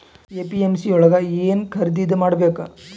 APMC ಯೊಳಗ ಏನ್ ಖರೀದಿದ ಮಾಡ್ಬೇಕು?